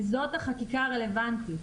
וזאת החקיקה הרלוונטית.